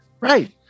Right